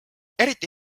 eriti